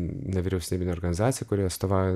nevyriausybinę organizaciją kuri atstovauja